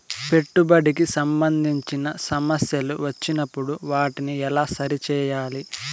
పెట్టుబడికి సంబంధించిన సమస్యలు వచ్చినప్పుడు వాటిని ఎలా సరి చేయాలి?